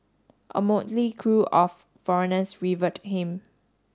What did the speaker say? a motley crew of foreigners revered him